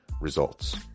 results